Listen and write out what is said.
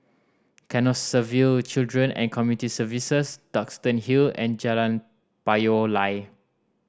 Canossaville Children and Community Services Duxton Hill and Jalan Payoh Lai